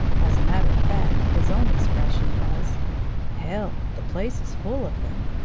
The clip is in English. as a matter of fact, his own expression was hell, the place is full of them!